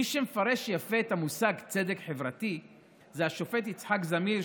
מי שמפרש יפה את המושג צדק חברתי הוא השופט יצחק זמיר,